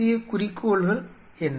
முக்கிய குறிக்கோள்கள் என்ன